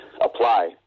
apply